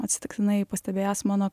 atsitiktinai pastebėjęs mano